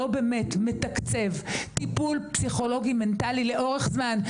לא באמת מתקצב טיפול פסיכולוגי-מנטלי לאורך זמן,